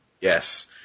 Yes